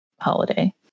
holiday